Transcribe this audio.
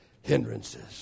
hindrances